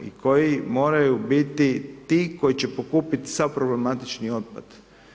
I koji moraju biti ti koji će pokupiti sav problematični otpad.